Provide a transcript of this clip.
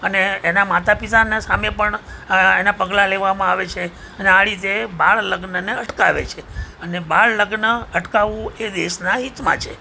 અને તેના માતાપિતાને સામે પણ તેના પગલાં લેવામાં આવે છે અને આ રીતે બાળલગ્નને અટકાવે છે અને બાળલગ્ન અટકાવવું એ દેશના હિતમાં છે